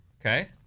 Okay